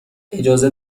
اجازه